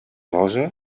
rosa